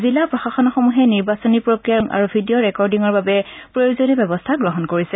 জিলা প্ৰশাসনসমূহে নিৰ্বাচনী প্ৰক্ৰিয়াৰ ৱেবকাষ্টিং আৰু ভিডিঅ ৰেকৰ্ডিঙৰ বাবে প্ৰয়োজনীয় ব্যৱস্থা গ্ৰহণ কৰিছে